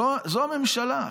זו הממשלה.